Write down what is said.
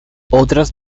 otras